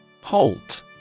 Halt